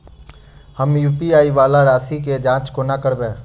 हम यु.पी.आई वला राशि केँ जाँच कोना करबै?